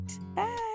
Bye